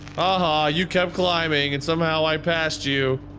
ah ha you kept climbing and somehow i passed you.